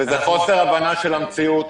זה חוסר הבנה של המציאות.